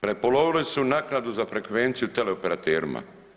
Prepolovili su naknadu za frekvenciju teleoperaterima.